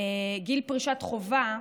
"גיל פרישת חובה",